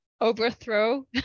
overthrow